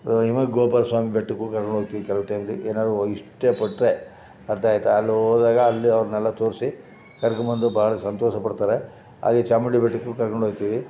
Himavad Gopalaswamy ಬೆಟ್ಟಕ್ಕೂ ಕರ್ಕೊಂಡು ಹೋಗ್ತೀವಿ ಕೆಲವು ಟೈಮಲ್ಲಿ ಏನಾದ್ರೂ ಇಷ್ಟಪಟ್ಟರೆ ಅ ಆಯಿತಾ ಅಲ್ಲಿ ಹೋದಾಗ ಅಲ್ಲಿ ಅವರನ್ನೆಲ್ಲ ತೋರಿಸಿ ಕರ್ಕೊಂಡು ಬಂದು ಭಾಳ ಸಂತೋಷಪಡ್ತಾರೆ ಹಾಗೆ ಚಾಮುಂಡಿ ಬೆಟ್ಟಕ್ಕೂ ಕರ್ಕೊಂಡು ಹೋಯ್ತೀವಿ